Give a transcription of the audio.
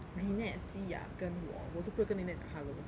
lynnette see ah 跟我我都不会跟 lynnette 讲 hello